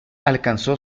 alcanzó